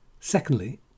Secondly